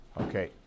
Okay